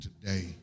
today